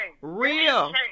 real